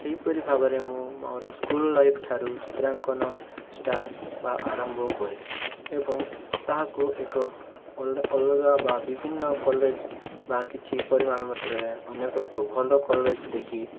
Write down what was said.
ସେହିପରି ଭାବରେ ମୁଁ ମୋର ସ୍କୁଲ ଲାଇଫ୍ ଠାରୁ ଚିତ୍ରାଙ୍କନ ଷ୍ଟାର୍ଟ ବା ଆରମ୍ଭ କରିଥିଲି ଏବଂ ତାହାକୁ ଏକ ଅଲଗା ବା ବିଭିନ୍ନ କଲେଜ ବା କିଛି ପରିମାଣ ମାତ୍ରାରେ ଅନେକ ଏକ ଭଲ କଲେଜ ଦେଖି